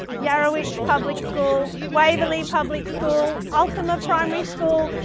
yarrowitch public school, waverley public school, ultima primary school,